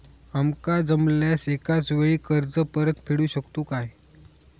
आमका जमल्यास एकाच वेळी कर्ज परत फेडू शकतू काय?